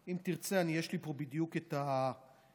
יש לי פה בדיוק את הספציפיקציות.